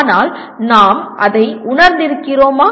ஆனால் நாம் அதை உணர்ந்திருக்கிறோமா